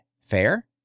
Fair